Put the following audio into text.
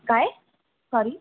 काय सॉरी